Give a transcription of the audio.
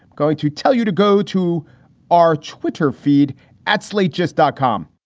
going to tell you to go to our twitter feed at slate, just dot com.